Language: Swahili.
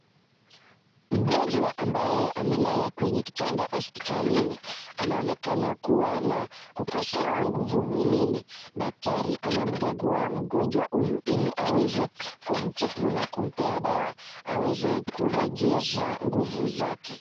Mgonjwa ambaye amelala kwenye kitanda hospitalini anaonekana kuwa na kukosewa nguvu mwilini. Daktari anamkagua mgonjwa huyu ili aweze kumtibu na kumpea dawa aweze kurejesha nguvu zake.